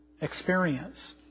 experience